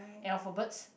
alphabets